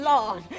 Lord